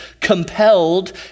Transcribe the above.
compelled